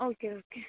okay okay